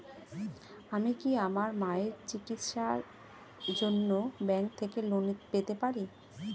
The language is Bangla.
আমি কি আমার মায়ের চিকিত্সায়ের জন্য ব্যঙ্ক থেকে লোন পেতে পারি?